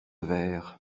verre